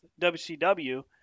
WCW